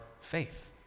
faith